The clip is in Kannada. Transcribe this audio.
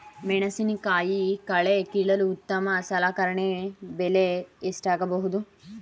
ಮೆಣಸಿನಕಾಯಿ ಕಳೆ ಕೀಳಲು ಉತ್ತಮ ಸಲಕರಣೆ ಬೆಲೆ ಎಷ್ಟಾಗಬಹುದು?